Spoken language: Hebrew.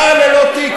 שר בלי תיק?